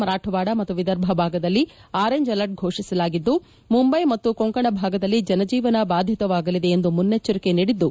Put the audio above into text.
ಮರಾಠವಾಡ ಮತ್ತು ವಿದರ್ಭ ಭಾಗದಲ್ಲಿ orange alert ಫೋಷಿಸಲಾಗಿದ್ದು ಮುಂಬೈ ಮತ್ತು ಕೊಂಕಣ ಭಾಗದಲ್ಲಿ ಜನಜೀವನ ಬಾಧಿತವಾಗಲಿದೆ ಎಂದು ಮುನ್ನೆಚ್ಚರಿಕೆ ನೀಡಿದ್ದು